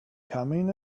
coming